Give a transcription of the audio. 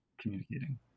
communicating